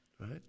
right